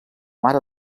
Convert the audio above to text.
mare